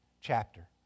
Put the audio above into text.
chapter